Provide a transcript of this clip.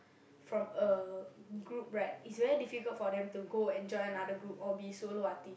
from a group right it's very difficult for them to go and join another group or be solo artiste